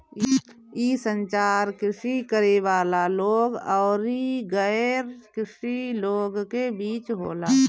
इ संचार कृषि करे वाला लोग अउरी गैर कृषि लोग के बीच होला